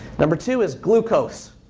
number two is glucose,